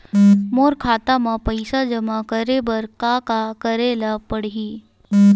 मोर खाता म पईसा जमा करे बर का का करे ल पड़हि?